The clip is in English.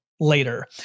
later